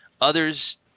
Others